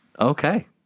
okay